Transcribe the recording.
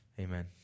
Amen